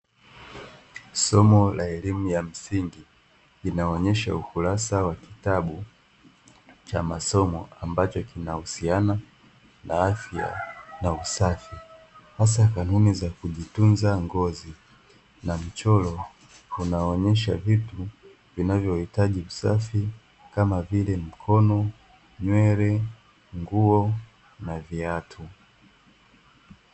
Somo la elimu ya msingi, inaonyesha ukurasa wa kitabu cha masomo ambacho kinahusiana na afya na usafi, hasa kanuni za kujitunza ngozi na mchoro unaonyesha vitu vinavyohitaji usafi, kama vile: mkono, nywele, nguo na viatu.